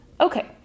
Okay